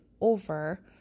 over